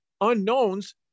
unknowns